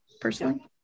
personally